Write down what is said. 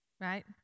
right